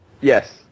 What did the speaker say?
Yes